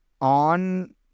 on